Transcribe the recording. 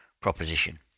proposition